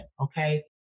Okay